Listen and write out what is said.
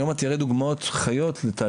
אני עוד מעט אראה דוגמאות חיות לתהליכים